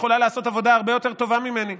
יכולה לעשות עבודה הרבה יותר טובה ממני.